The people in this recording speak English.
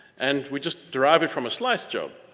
and we just derived it form a slicedjob.